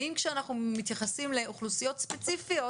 האם כשאנחנו מתייחסים לאוכלוסיות ספציפיות